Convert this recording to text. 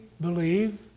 believe